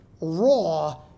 Raw